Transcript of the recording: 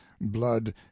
blood